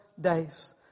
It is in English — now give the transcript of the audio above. days